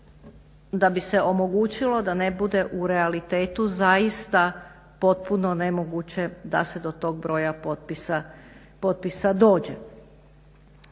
da bi se omogućilo da ne bude u realitetu zaista potpuno nemoguće da se do tog broja potpisa dođe.